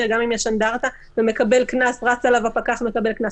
גם אם יש אנדרטה והפקח רץ אליו והוא מקבל קנס.